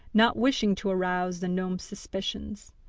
not wishing to arouse the gnome's suspicions.